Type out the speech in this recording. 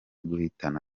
guhitana